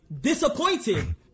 disappointed